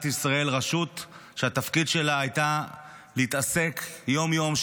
ישראל רשות שהתפקיד שלה היה להתעסק יום-יום,